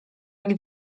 jak